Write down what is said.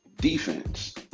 defense